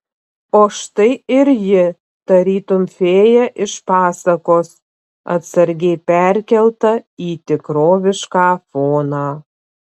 o štai ir ji tarytum fėja iš pasakos atsargiai perkelta į tikrovišką foną